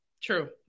True